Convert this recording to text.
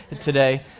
today